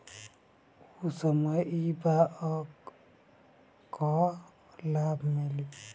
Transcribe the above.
ऊ समय ई बीमा कअ लाभ मिलेला